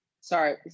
Sorry